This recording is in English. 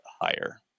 higher